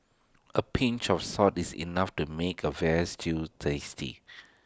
A pinch of salt is enough to make A Veal Stew tasty